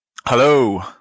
Hello